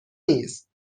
نیست